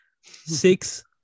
six